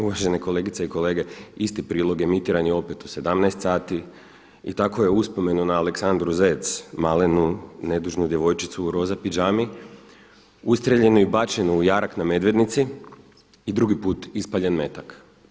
Uvažene kolegice i kolege, isti prilog emitiran je opet u 17 sati i tako je uspomenu na Aleksandru Zec, malenu nedužnu djevojčicu u roza pidžami, ustrijeljenu i bačenu u jarak na Medvednici, i drugi put ispaljen metak.